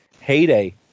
heyday